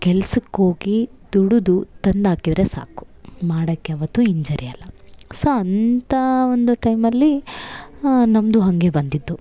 ಕೆಲಸಕ್ಕೋಗಿ ದುಡಿದು ತಂದಾಕಿದರೆ ಸಾಕು ಮಾಡೋಕ್ ಯಾವತ್ತು ಹಿಂಜರಿಯೋಲ್ಲ ಸೋ ಅಂಥಾ ಒಂದು ಟೈಮಲ್ಲಿ ನಮ್ಮದು ಹಂಗೆ ಬಂದಿದ್ದು